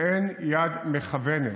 ואין יד מכוונת.